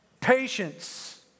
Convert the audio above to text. Patience